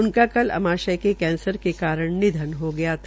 उनका कल अमाश्य के कैंसर के कारण निधन हो गया था